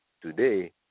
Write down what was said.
today